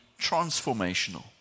transformational